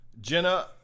Jenna